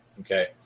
Okay